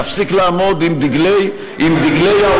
להפסיק לעמוד עם דגלי אויב,